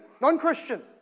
non-Christian